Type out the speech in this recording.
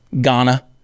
Ghana